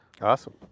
Awesome